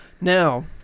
Now